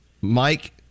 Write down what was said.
Mike